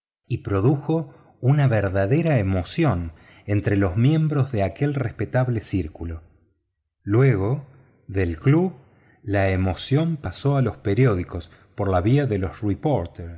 y produjo una verdadera emoción entre los miembros de aquel respetable círculo luego del club la emoción pasó a los periódicos por la vía de los reporteros